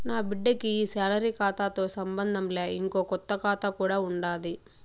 నాబిడ్డకి ఈ సాలరీ కాతాతో సంబంధంలా, ఇంకో కొత్త కాతా కూడా ఉండాది